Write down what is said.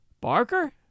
Barker